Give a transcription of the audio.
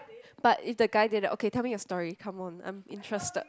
but if they guy didn't okay tell me you story come on I am interested